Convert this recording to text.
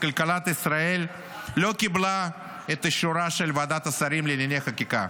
כלכלת ישראל לא קיבלה את אישורה של ועדת השרים לענייני חקיקה,